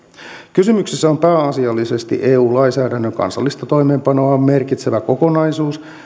kysymyksessä on pääasiallisesti eu lainsäädännön kansallista toimeenpanoa merkitsevä kokonaisuus